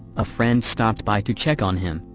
a friend stopped by to check on him,